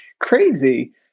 crazy